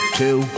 two